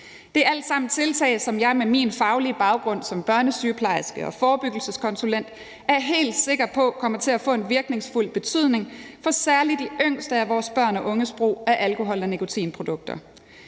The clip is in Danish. Det er alle sammen tiltag, som jeg med min faglige baggrund som børnesygeplejerske og forebyggelseskonsulent er helt sikker på kommer til at få en virkningsfuld betydning for særlig de yngste af vores børns og unges brug af alkohol og nikotinprodukter.